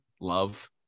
love